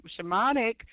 shamanic